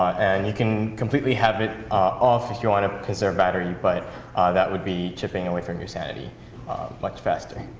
and you can completely have it off if you want, because they're battery. but that would be chipping away from your sanity much faster.